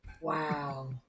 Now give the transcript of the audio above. Wow